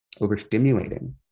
overstimulating